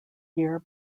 year